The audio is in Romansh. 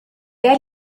eir